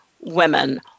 women